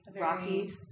rocky